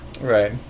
Right